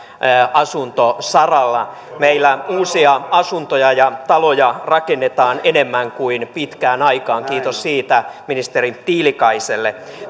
asuntosaralla meillä uusia asuntoja ja taloja rakennetaan enemmän kuin pitkään aikaan kiitos siitä ministeri tiilikaiselle